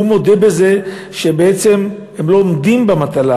הוא מודה בזה שבעצם הם לא עומדים במטלה,